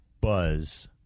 buzz